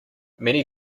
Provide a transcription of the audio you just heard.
many